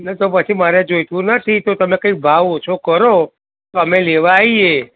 તો પછી મારે જોઈતું નથી તો તમે કઈ ભાવ ઓછો કરો તો અમે લેવા આવીએ